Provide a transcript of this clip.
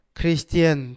Christian